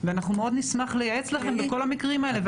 ואנחנו מאוד נשמח לייעץ לכם בכל המקרים האלה,